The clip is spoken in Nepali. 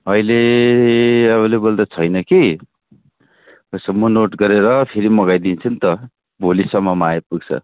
अहिले एभाइलेबल त छैन कि यसो म नोट गरेर फेरि मगाइदिन्छु नि त भोलिसम्ममा आइपुग्छ